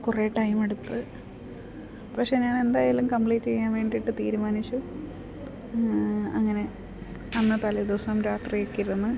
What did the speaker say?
കുറേ ടൈമെടുത്ത് പക്ഷെ ഞാൻ എന്തായാലും കംപ്ലീറ്റ് ചെയ്യാൻ വേണ്ടിയിട്ട് തീരുമാനിച്ചു അങ്ങനെ അന്ന് തലേദിവസം രാത്രിയൊക്കെ ഇരുന്ന്